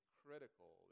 critical